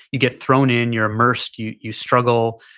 you get thrown in, you're immersed, you you struggle,